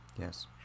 Yes